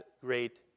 great